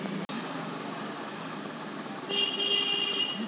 पपीता आसानी से कहीं भी उगाया जा सकता है